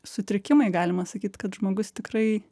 sutrikimai galima sakyt kad žmogus tikrai